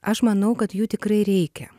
aš manau kad jų tikrai reikia